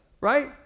right